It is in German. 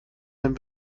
wenn